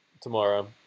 tomorrow